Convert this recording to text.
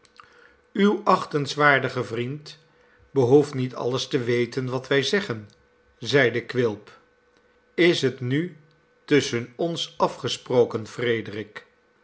uw achtenswaardige vriend behoeft niet alles te weten wat wij zeggen zeide quilp is het nu tusschen ons afgesproken frederik